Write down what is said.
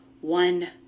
One